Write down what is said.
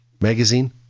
Magazine